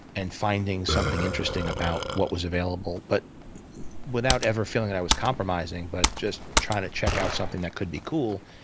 and finding something interesting about what was available. but without ever feeling that i was compromising, but just trying to check out something that could be cool,